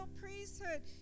priesthood